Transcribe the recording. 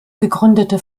gegründete